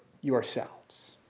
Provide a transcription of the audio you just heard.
yourselves